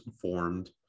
formed